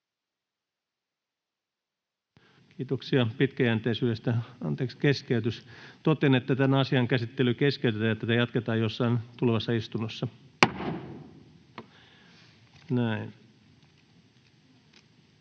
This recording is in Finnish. Kiitoksia pitkäjänteisyydestä. Anteeksi keskeytys. Totean, että tämän asian käsittely keskeytetään ja sitä jatketaan jossakin tulevassa istunnossa.